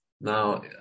now